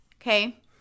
Okay